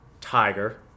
Tiger